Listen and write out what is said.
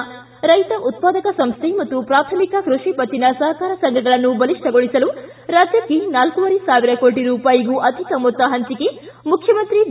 ಿ ರೈತ ಉತ್ವಾದಕ ಸಂಸ್ಥೆ ಮತ್ತು ಪ್ರಾಥಮಿಕ ಕೃಷಿ ಪತ್ತಿನ ಸಹಕಾರ ಸಂಘಗಳನ್ನು ಬಲಿಷ್ಠಗೊಳಿಸಲು ರಾಜ್ಯಕ್ಷೆ ನಾಲ್ಕೂವರೆ ಸಾವಿರ ಕೋಟ ರೂಪಾಯಿಗೂ ಅಧಿಕ ಮೊತ್ತ ಹಂಚಕೆ ಮುಖ್ಯಮಂತ್ರಿ ಬಿ